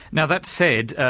now that said,